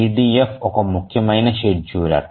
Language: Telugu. EDF ఒక ముఖ్యమైన షెడ్యూలర్